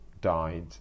died